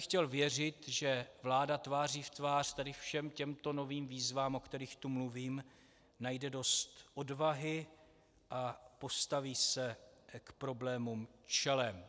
Chtěl bych věřit, že vláda tváří v tvář tady všem těmto novým výzvám, o kterých tu mluvím, najde dost odvahy a postaví se k problémům čelem.